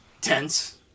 tense